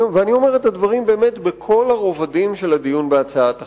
ואני אומר את הדברים בכל הרבדים של הדיון בהצעת החוק,